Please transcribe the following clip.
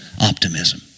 optimism